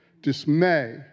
dismay